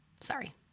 Sorry